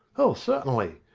oh, certainly,